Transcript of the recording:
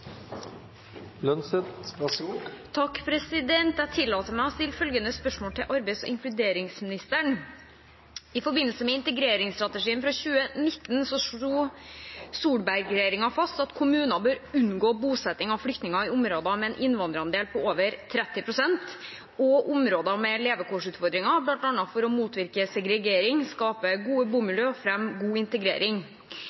inkluderingsministeren: «I forbindelse med integreringsstrategien fra 2019 slo Solberg-regjeringen fast at kommuner bør unngå bosetting av flyktninger i områder med en innvandrerandel på over 30 pst., samt områder med levekårsutfordringer, for å motvirke segregering, skape gode